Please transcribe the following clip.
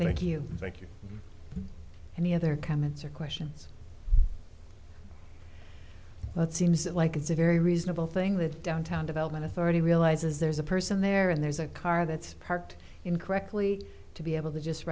the other comments or questions that seems like it's a very reasonable thing that downtown development authority realizes there's a person there and there's a car that's parked incorrectly to be able to just